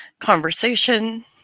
conversation